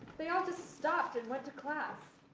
they all just stopped and went to class,